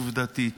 עובדתית,